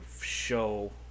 show